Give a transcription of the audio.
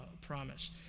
promise